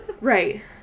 Right